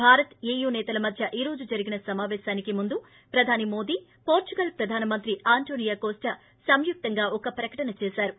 Bharat EU సేతల మధ్య ఈ రోజు జరిగిన సమాపేశానికి ముందు ప్రధాని మోడీ పోర్సుగల్ ప్రధానమంత్రి ఆంటోనియా కోస్లా సంయుక్తంగా ఒక ప్రకటన చేశారు